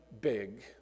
big